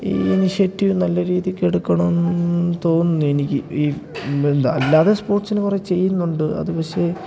ഈ ഇനിഷ്യേറ്റീവ് നല്ല രീതിയ്ക്ക് എടുക്കണമെന്ന് തോന്നുന്നു എനിക്ക് ഈ എന്താ അല്ലാതെ സ്പോർട്സിനു കുറേ ചെയ്യുന്നുണ്ട് അതു പക്ഷെ